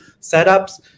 setups